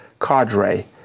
cadre